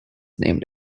named